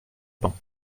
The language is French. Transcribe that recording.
pin